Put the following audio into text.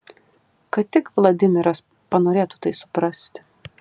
kad tik vladimiras panorėtų tai suprasti